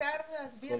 אפשר להסביר.